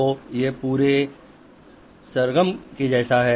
तो ये पूरे सरगम हैं